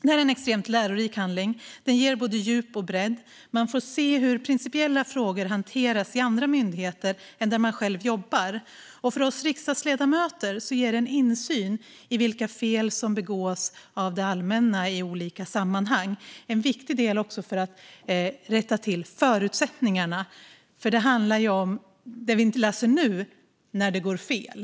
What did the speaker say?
Det här är en extremt lärorik handling, och den ger både djup och bredd. Man får se hur principiella frågor hanteras i andra myndigheter än där man själv jobbar. För oss riksdagsledamöter ger det en insyn i vilka fel som begås av det allmänna i olika sammanhang. Det är också en viktig del för att man ska kunna rätta till förutsättningarna, för det handlar ju om när det går fel.